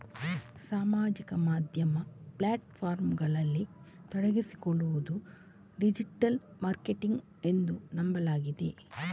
ಸಾಮಾಜಿಕ ಮಾಧ್ಯಮ ಪ್ಲಾಟ್ ಫಾರ್ಮುಗಳಲ್ಲಿ ತೊಡಗಿಸಿಕೊಳ್ಳುವುದು ಡಿಜಿಟಲ್ ಮಾರ್ಕೆಟಿಂಗ್ ಎಂದು ನಂಬಲಾಗಿದೆ